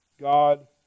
God